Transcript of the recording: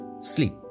sleep